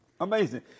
amazing